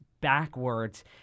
backwards